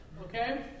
okay